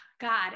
God